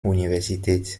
universität